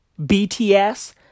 BTS